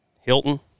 Hilton